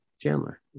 Chandler